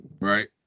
Right